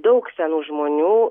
daug senų žmonių